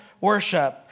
worship